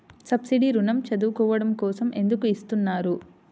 Subsidy ఋణం చదువుకోవడం కోసం ఎందుకు ఇస్తున్నారు?